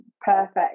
perfect